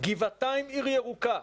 גבעתיים עיר ירוקה,